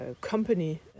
company